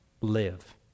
live